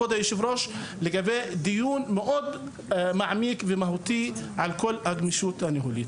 כבוד היושב-ראש לדיון מעמיק ומהותי על כל הגמישות הניהולית.